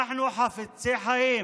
אנחנו חפצי חיים